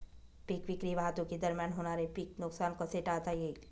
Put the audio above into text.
पीक विक्री वाहतुकीदरम्यान होणारे पीक नुकसान कसे टाळता येईल?